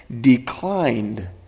declined